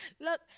Look